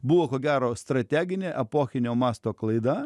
buvo ko gero strateginė epochinio masto klaida